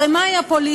הרי מה היא הפוליטיקה?